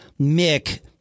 Mick